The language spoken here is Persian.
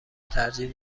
ترجیح